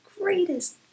greatest